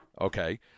Okay